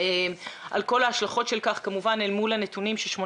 על כל ההשלכות לכך אל מול הנתונים לפיהם